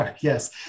Yes